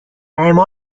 اما